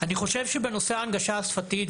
בנושא ההנגשה השפתית,